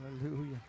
hallelujah